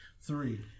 three